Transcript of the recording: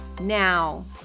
now